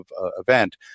event